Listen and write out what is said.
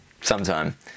Sometime